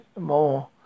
more